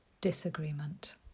disagreement